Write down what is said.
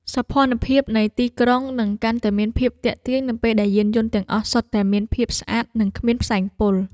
សោភ័ណភាពនៃទីក្រុងនឹងកាន់តែមានភាពទាក់ទាញនៅពេលដែលយានយន្តទាំងអស់សុទ្ធតែមានភាពស្អាតនិងគ្មានផ្សែងពុល។